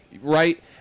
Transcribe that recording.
right